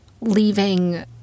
leaving